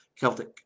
Celtic